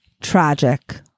tragic